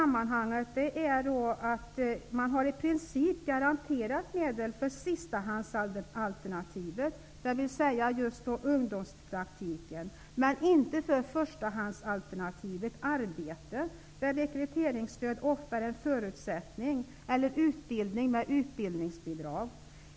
Man har i princip garanterat medel för sistahandsalternativet, dvs. just ungdomspraktik, men inte för förstahandsalternativet arbete, där rekryteringsstöd ofta är en förutsättning, eller utbildning med utbildningsbidrag.